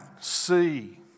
see